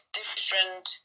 different